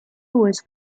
lois